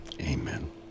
amen